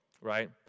right